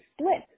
split